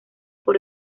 por